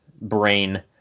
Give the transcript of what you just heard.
brain